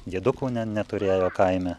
diedukų ne neturėjo kaime